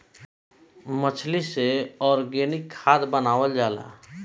मछली से ऑर्गनिक खाद्य बनावल जाला